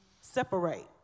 Separate